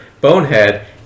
Bonehead